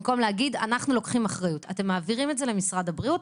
במקום להגיד שאתם לוקחים אחריות אתם מעבירים את זה למשרד הבריאות,